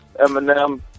Eminem